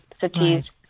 cities